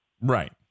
Right